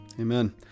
Amen